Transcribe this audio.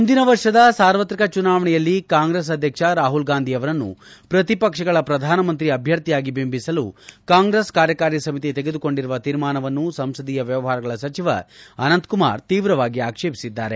ಮುಂದಿನ ವರ್ಷದ ಸಾರ್ವತ್ರಿಕ ಚುನಾವಣೆಯಲ್ಲಿ ಕಾಂಗ್ರೆಸ್ ಅಧ್ವಕ್ಷ ರಾಹುಲ್ ಗಾಂಧಿಯವರನ್ನು ಪ್ರತಿಪಕ್ಷಗಳ ಪ್ರಧಾನಮಂತ್ರಿ ಅಭ್ಲರ್ಥಿಯಾಗಿ ಬಿಂಬಿಸಲು ಕಾರ್ಯಕಾರಿ ಸಮಿತಿ ತೆಗೆದುಕೊಂಡಿರುವ ತೀರ್ಮಾನವನ್ನು ಸಂಸದೀಯ ವ್ಯವಹಾರಗಳ ಸಚಿವ ಅನಂತ್ಕುಮಾರ್ ತೀವ್ರವಾಗಿ ಆಕ್ಷೇಪಿಸಿದ್ದಾರೆ